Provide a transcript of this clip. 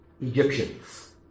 Egyptians